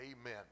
Amen